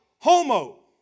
homo